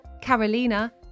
Carolina